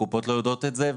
הקופות לא יודעות את זה,